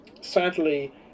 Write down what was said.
sadly